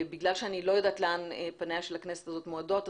בגלל שאני לא יודעת לאן פניה של הכנסת הזאת מועדות,